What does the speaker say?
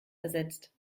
ersetzt